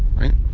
right